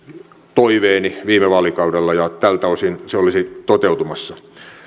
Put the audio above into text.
toiveeni viime vaalikaudella ja tältä osin se olisi toteutumassa